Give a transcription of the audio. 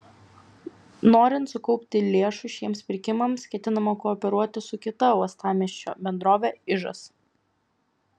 norint sukaupti lėšų šiems pirkimams ketinama kooperuotis su kita uostamiesčio bendrove ižas